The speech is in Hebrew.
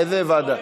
איזו ועדה?